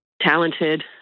talented